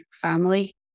family